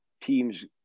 teams